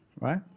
right